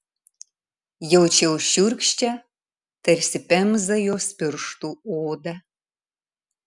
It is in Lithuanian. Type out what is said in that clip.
jaučiau šiurkščią tarsi pemza jos pirštų odą